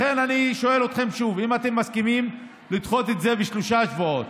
לכן אני שואל אתכם שוב: האם אתם מסכימים לדחות את זה בשלושה שבועות?